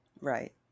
Right